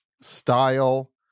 Style